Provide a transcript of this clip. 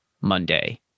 Monday